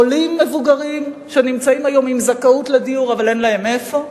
עולים מבוגרים שנמצאים היום עם זכאות לדיור אבל אין להם איפה.